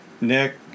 Nick